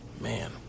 Man